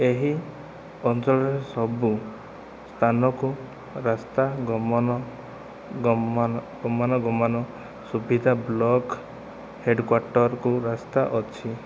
ଏହି ଅଞ୍ଚଳରେ ସବୁ ସ୍ଥାନକୁ ରାସ୍ତା ଗମନ ଗମାନ ଗମାନ ସୁବିଧା ବ୍ଲକ ହେଡ଼ କ୍ଵାଟରକୁ ରାସ୍ତା ଅଛି